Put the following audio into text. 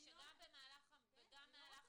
או גם במהלך --- כן,